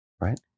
right